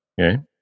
okay